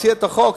מציע את החוק,